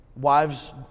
Wives